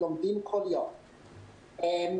עוד רכבים,